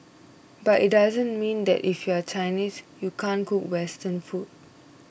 but it doesn't mean that if you are Chinese you can't cook Western food